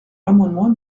l’amendement